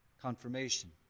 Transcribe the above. confirmation